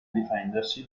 difendersi